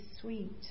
sweet